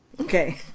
Okay